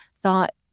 thought